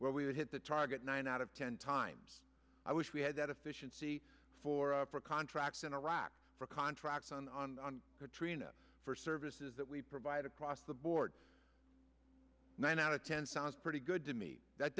where we would hit the target nine out of ten times i wish we had that efficiency for our contracts in iraq for contracts on on on katrina for services that we provide across the board nine out of ten sounds pretty good to me that